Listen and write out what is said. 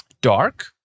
Dark